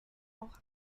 auch